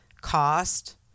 cost